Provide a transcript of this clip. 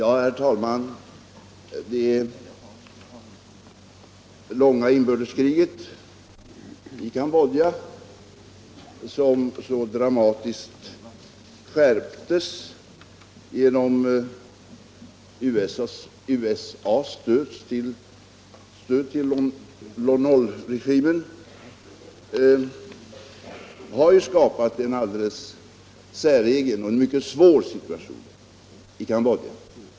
Herr talman! Det långa inbördeskriget i Cambodja, som så dramatiskt skärptes genom USA:s stöd till Lon Nol-regimen, har ju skapat en alldeles säregen och mycket svår situation i Cambodja.